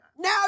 Now